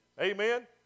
Amen